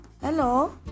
Hello